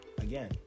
again